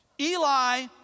Eli